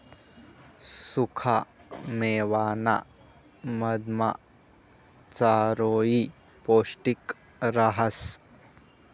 सुखा मेवाना मधमा चारोयी पौष्टिक रहास